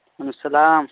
وعلیکم السلام